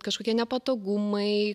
kažkokie nepatogumai